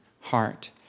heart